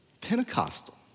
Pentecostal